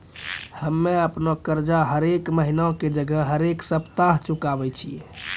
हम्मे अपनो कर्जा हरेक महिना के जगह हरेक सप्ताह चुकाबै छियै